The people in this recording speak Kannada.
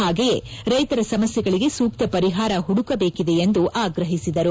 ಹಾಗೆಯೇ ರೈತರ ಸಮಸ್ಥೆಗಳಿಗೆ ಸೂಕ್ತ ಪರಿಹಾರ ಹುಡುಕಬೇಕಿದೆ ಎಂದು ಆಗ್ರಹಿಸಿದರು